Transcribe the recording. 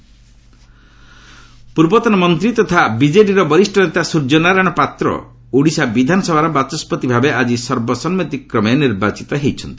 Odisha speaker ପୂର୍ବତନ ମନ୍ତ୍ରୀ ତଥା ବିକେଡିର ବରିଷ ନେତା ସୂର୍ଯ୍ୟ ନାରାୟଣ ପାତ୍ର ଓଡ଼ିଶା ବିଧାନସଭାର ବାଚସ୍କତି ଭାବେ ଆଜି ସର୍ବସମ୍ମତିକ୍ରମେ ନିର୍ବାଚିତ ହୋଇଛନ୍ତି